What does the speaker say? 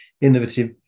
innovative